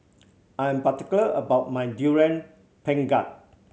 I am particular about my Durian Pengat